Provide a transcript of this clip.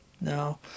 No